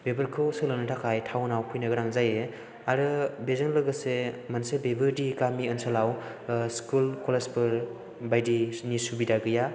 बेफोरखौ सोलोंनो थाखाय टाउन आव फैनो गोनां जायो आरो बेजों लोगोसे मोनसे बेबोदि गामि ओनसोलाव स्कुल कलेज फोर बायदिनि सुबिदा गैया